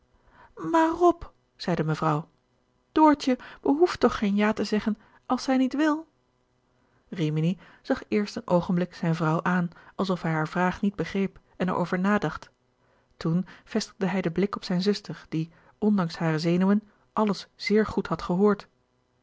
maar rob zeide mevrouw doortje behoeft toch geen ja te zeggen als zij niet wil rimini zag eerst een oogenblik zijne vrouw aan alsof hij hare vraag niet begreep en er over nadacht toen vestigde hij den blik op zijne zuster die ondanks hare zenuwen alles zeer goed had gehoord